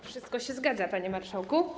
Wszystko się zgadza, panie marszałku.